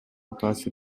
таасир